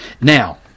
Now